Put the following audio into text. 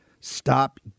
Stop